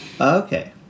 Okay